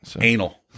anal